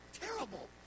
Terrible